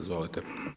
Izvolite.